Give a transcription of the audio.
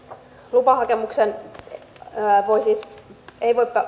lupahakemuksen voi